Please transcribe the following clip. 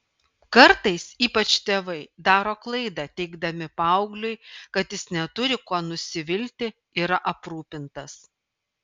kartais ypač tėvai daro klaidą teigdami paaugliui kad jis neturi kuo nusivilti yra aprūpintas